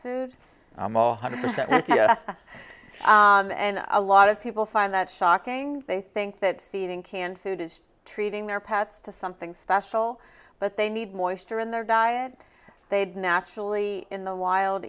food and a lot of people find that shocking they think that feeding canned food is treating their paths to something special but they need more oyster in their diet they'd naturally in the wild